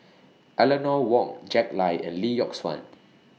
Eleanor Wong Jack Lai and Lee Yock Suan